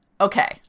Okay